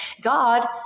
God